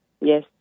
Yes